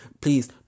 please